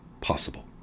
possible